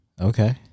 Okay